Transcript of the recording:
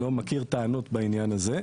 לא מכיר טענות בעניין הזה.